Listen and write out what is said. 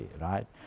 right